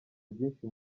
byinshi